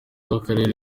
w’akarere